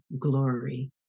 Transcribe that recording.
glory